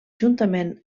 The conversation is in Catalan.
juntament